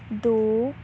ਦੋ